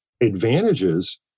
advantages